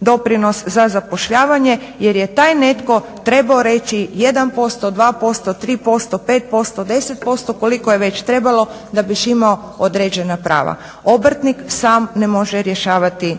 doprinos za zapošljavanje jer je taj netko trebao reći 1%, 2%, 3%, 5%, 10% koliko je već trebalo da bi imao određena prava. Obrtnik sam ne može rješavati